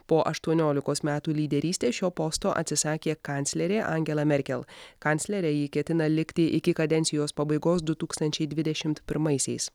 po aštuoniolikos metų lyderystės šio posto atsisakė kanclerė angela merkel kanclere ji ketina likti iki kadencijos pabaigosdu tūkstančiai dvidešimt pirmaisiais